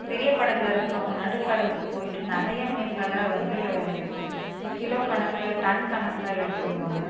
பெரிய படகில் இருக்கவங்க நடு கடலுக்கு போய்விட்டு நிறையா மீன்களை வந்து கிலோ கணக்கில் டன் கணக்கில் எடுத்து வருவாங்க